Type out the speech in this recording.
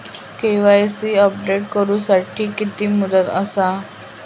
KYC update करू साठी किती मुदत आसा?